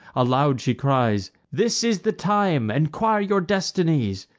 aloud she cries this is the time enquire your destinies.